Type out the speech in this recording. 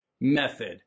method